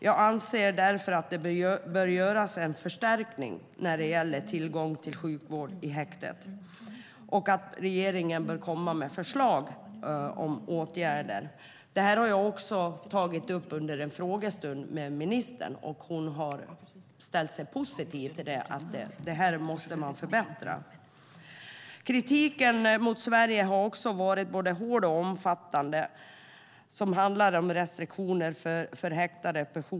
Jag anser därför att det bör göras en förstärkning när det gäller tillgång till sjukvård i häktet och att regeringen bör komma med förslag om åtgärder. Detta tog jag också upp med ministern under en frågestund, och hon ställde sig då positiv till att förbättra detta. Kritiken mot Sverige har varit både hård och omfattande när det handlar om restriktioner för häktade.